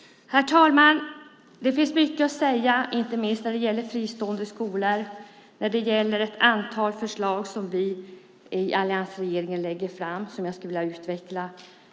Herr talman! Det finns mycket att säga, inte minst när det gäller fristående skolor och när det gäller ett antal förslag som alliansregeringen lägger fram, som jag skulle vilja utveckla.